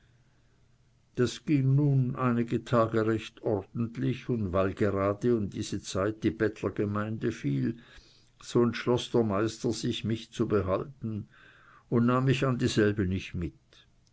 das ging nun einige tage recht ordentlich und weil gerade in diese zeit die bettlergemeinde fiel so entschloß der meister sich mich zu behalten und nahm mich an dieselbe nicht mit